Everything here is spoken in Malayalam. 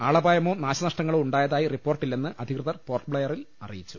ആളപായമോ നാശനഷ്ടങ്ങളോ ഉണ്ടായതായി റിപ്പോർട്ടില്ലെന്ന് അധികൃതർ പോർട്ട്ബ്ലെയറിൽ അറി യിച്ചു